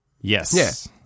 Yes